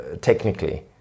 technically